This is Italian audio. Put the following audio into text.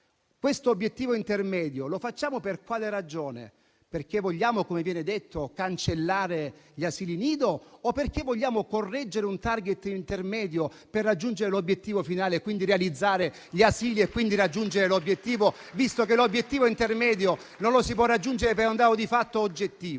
questo obiettivo intermedio, lo facciamo per quale ragione? Perché vogliamo, come viene detto, cancellare gli asili nido? O perché vogliamo correggere un *target* intermedio per raggiungere l'obiettivo finale, realizzando gli asili, che sono l'obiettivo finale, visto che l'obiettivo intermedio non lo si può raggiungere per un dato di fatto oggettivo?